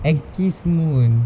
and kissed moon